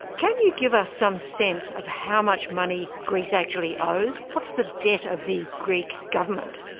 can you give us some sense of how much money greece actually owes? what's the debt of the greek government?